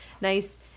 nice